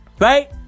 Right